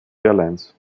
airlines